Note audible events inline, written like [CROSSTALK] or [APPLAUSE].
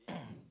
[COUGHS]